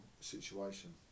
situation